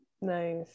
Nice